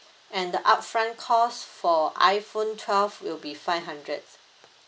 and the upfront cost for iphone twelve will be five hundred